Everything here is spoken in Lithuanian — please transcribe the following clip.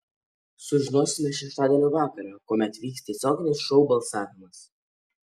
sužinosime šeštadienio vakarą kuomet vyks tiesioginis šou balsavimas